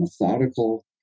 methodical